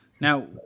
Now